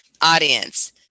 audience